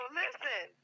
listen